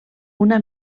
una